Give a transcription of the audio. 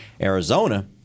Arizona